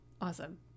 Awesome